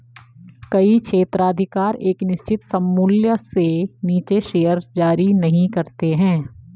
कई क्षेत्राधिकार एक निश्चित सममूल्य से नीचे शेयर जारी नहीं करते हैं